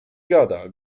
gada